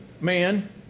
man